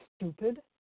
stupid